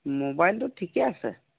মোবাইলটো ঠিকে আছে